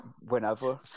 whenever